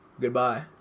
Goodbye